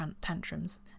tantrums